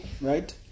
Right